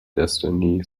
destiny